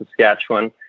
Saskatchewan